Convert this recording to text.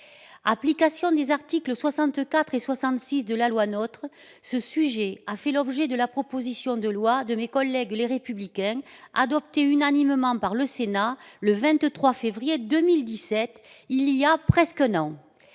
Application des articles 64 et 66 de la loi NOTRe, ce sujet a fait l'objet d'une proposition de loi de nos collègues Les Républicains, adoptée unanimement par le Sénat le 23 février 2017, voilà presque un an.